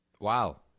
Wow